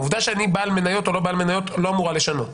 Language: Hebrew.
העובדה שאני בעל מניות או לא בעל מניות לא אמורה לשנות.